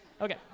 Okay